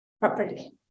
properly